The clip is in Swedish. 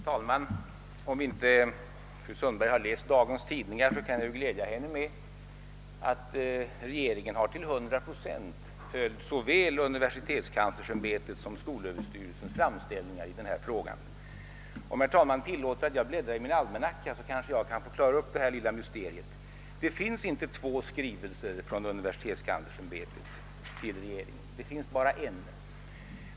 Herr talman! Om inte fru Sundberg har läst dagens tidningar, kan jag glädja henne med att regeringen till hundra procent har följt såväl universitetskanslersämbetets som <:skolöverstyrelsens framställningar i denna fråga. Om herr talmannen tillåter att jag bläddrar i min almanacka, kanske jag kan få klara upp detta lilla mysterium. Det finns inte två skrivelser till regeringen från universitetskanslersämbetet. Det finns bara en.